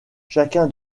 chacun